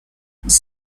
this